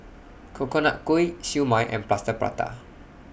Coconut Kuih Siew Mai and Plaster Prata